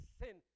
sin